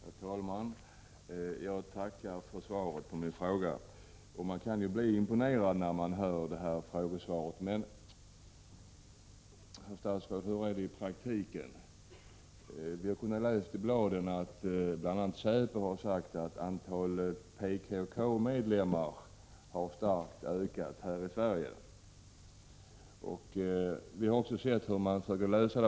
Herr talman! Jag tackar för svaret på min fråga. Man kan bli imponerad när man hör frågesvaret men, herr statsråd, hur är det i praktiken? Vi har kunnat läsa i bladen att bl.a. Säpo har sagt att antalet PKK-medlemmar har ökat starkt i Sverige. PKK är enligt svensk uppfattning en terroristorganisation.